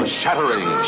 shattering